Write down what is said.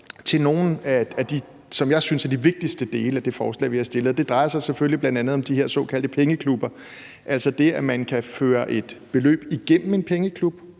vi har fremsat, som jeg synes er de vigtigste. Det drejer sig selvfølgelig bl.a. om de her såkaldte pengeklubber, altså det, at man kan føre et beløb igennem en pengeklub